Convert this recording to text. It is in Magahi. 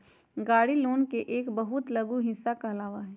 गाड़ी लोन के एक बहुत लघु हिस्सा कहलावा हई